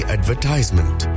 Advertisement